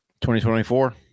2024